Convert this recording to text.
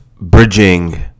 bridging